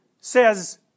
says